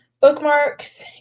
Bookmarks